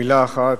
במלה אחת,